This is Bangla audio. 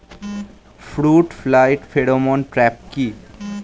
ফ্রুট ফ্লাই ফেরোমন ট্র্যাপ কি?